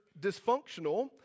dysfunctional